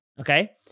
Okay